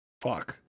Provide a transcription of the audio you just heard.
Fuck